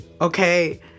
Okay